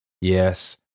Yes